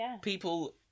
people